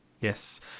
Yes